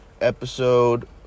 episode